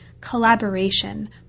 collaboration